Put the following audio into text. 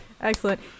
Excellent